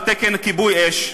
על תקן כיבוי אש,